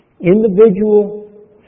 individual